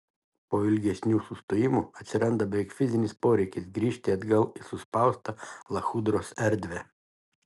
po ilgesnių sustojimų atsiranda beveik fizinis poreikis grįžti atgal į suspaustą lachudros erdvę